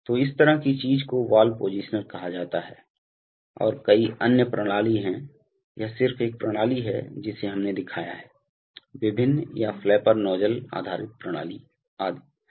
तो इस तरह की चीज को वाल्व पोजिशनर कहा जाता है और कई अन्य प्रणाली हैं यह सिर्फ एक प्रणाली है जिसे हमने दिखाया है विभिन्न या फ्लैपर नोजल आधारित प्रणाली आदि हैं